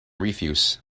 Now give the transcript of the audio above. refuse